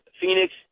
Phoenix